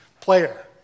player